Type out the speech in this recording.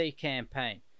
campaign